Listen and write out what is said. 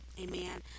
amen